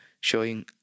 showing